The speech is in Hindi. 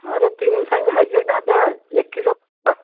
अरे तीन सौ में हइए बा द एक किलो